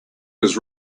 his